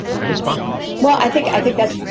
how do you spot them? well, i think i think that's,